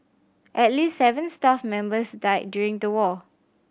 at least seven staff members died during the war